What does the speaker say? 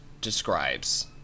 describes